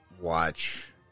watch